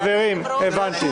הסבירי, גבירתי.